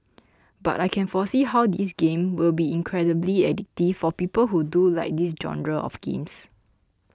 but I can foresee how this game will be incredibly addictive for people who do like this genre of games